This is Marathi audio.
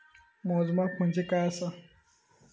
मोजमाप म्हणजे काय असा?